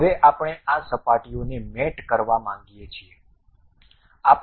હવે આપણે આ સપાટીઓને મેટ કરવા માંગીએ છીએ